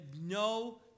no